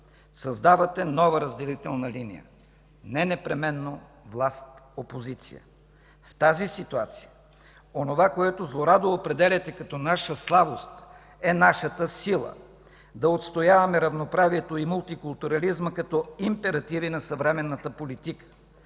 създавате нова разделителна линия не непременно власт – опозиция. В тази ситуация онова, което злорадо определяте като наша слабост, е нашата сила – да отстояваме равноправието и мултикултурализма като императиви на съвременната политика,